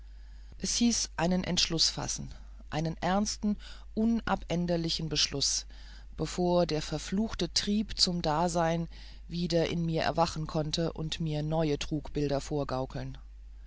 es hieß einen entschluß fassen einen ernsten unabänderlichen beschluß bevor der verfluchte trieb zum dasein wieder in mir erwachen konnte und mir neue trugbilder vorgaukeln